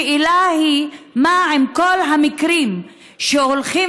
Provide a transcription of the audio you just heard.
השאלה היא מה עם כל המקרים שהולכים